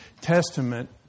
testament